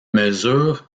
mesure